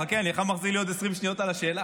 חכה, אני עכשיו מחזיר לי 20 שניות על השאלה.